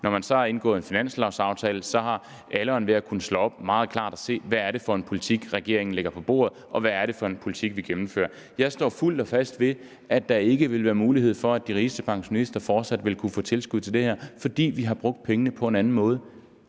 Når man så har indgået en finanslovaftale, har alle og enhver kunnet slå op og meget klart se, hvad det er for en politik, regeringen lægger på bordet, og hvad det er for en politik, vi gennemfører. Jeg står fuldt og fast ved, at der ikke vil være mulighed for, at de rigeste pensionister fortsat vil kunne få tilskud til det her, fordi vi har brugt pengene på en anden måde.